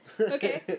Okay